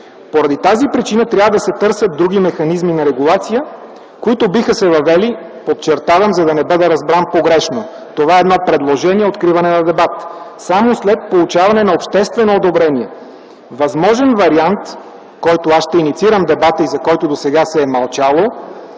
Поради тази причина трябва да се търсят други механизми на регулация, които биха се въвели, подчертавам, за да не бъда разбран погрешно, това е едно предложение, откриване на дебат, само след получаване на обществено одобрение. Възможен вариант, по който аз ще инициирам дебата и за който досега се е мълчало,